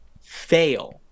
fail